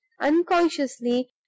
unconsciously